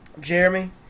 Jeremy